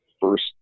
first